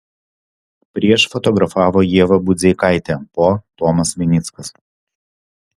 prieš fotografavo ieva budzeikaitė po tomas vinickas